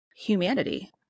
humanity